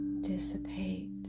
dissipate